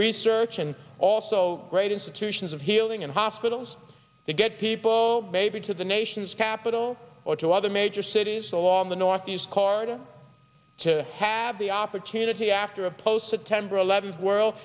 research and also great institutions of healing and hospitals to get people maybe to the nation's capital or to other major cities along the northeast corridor to have the opportunity after a post september eleventh world